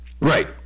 Right